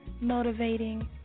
motivating